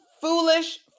Foolish